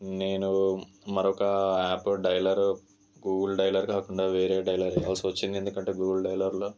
నేను మరొక app dialer Google dialer కాకుండా వేరే డైలర్ ఎయ్యాల్సి వచ్చింది ఎందుకంటే గూగుల్ డైలర్లో